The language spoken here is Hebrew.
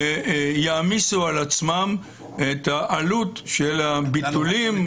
יעמיסו על עצמם את העלות של הביטולים.